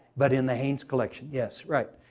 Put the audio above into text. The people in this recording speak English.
but in the haynes collection, yes, right.